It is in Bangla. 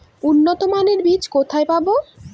উন্নতমানের বীজ কোথায় পাব?